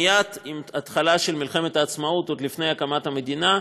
מייד עם ההתחלה של מלחמת העצמאות ועוד לפני הקמת המדינה,